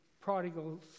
prodigal